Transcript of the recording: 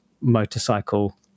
motorcycle